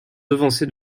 devancé